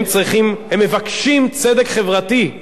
הם מבקשים צדק חברתי.